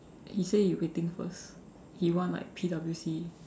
he say he waiting first he want like P_W_C